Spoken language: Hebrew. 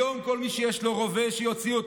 היום, כל מי שיש לו רובה, שיוציא אותו.